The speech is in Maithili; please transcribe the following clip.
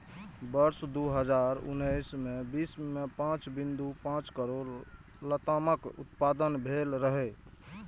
वर्ष दू हजार उन्नैस मे विश्व मे पांच बिंदु पांच करोड़ लतामक उत्पादन भेल रहै